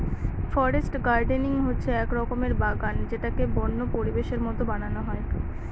forest gardening হচ্ছে এক রকমের বাগান যেটাকে বন্য পরিবেশের মতো বানানো হয়